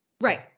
Right